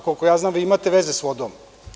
Koliko znam, vi imate veze s vodom.